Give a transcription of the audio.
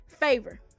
favor